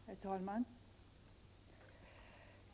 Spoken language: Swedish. Prot. 1987/88:33 Herr talman!